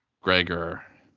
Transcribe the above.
Gregor